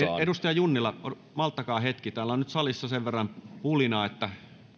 edustaja junnila malttakaa hetki täällä salissa on nyt sen verran pulinaa että